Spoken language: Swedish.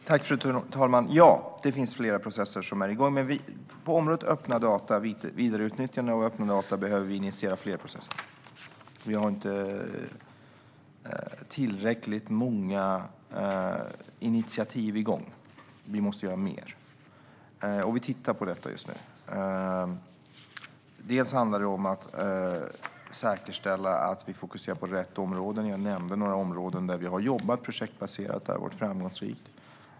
Fru ålderspresident! Ja, det finns flera processer som är igång. På området öppna data och vid vidareutnyttjande av öppna data behöver vi initiera fler processer. Vi har inte tillräckligt många initiativ igång, och vi måste göra mer. Vi tittar på detta just nu. Det handlar bland annat om att säkerställa att vi fokuserar på rätt områden, och jag nämnde några områden där vi har jobbat projektbaserat. Det har varit framgångsrikt.